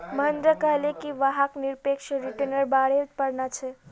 महेंद्र कहले कि वहाक् निरपेक्ष रिटर्न्नेर बारे पढ़ना छ